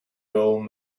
old